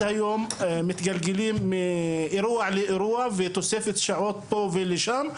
היום מתגלגלים מאירוע לאירוע ותוספת שעות פה ושם,